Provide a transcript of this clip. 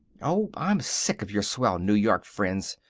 oh, i'm sick of your swell new york friends!